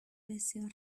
بسیار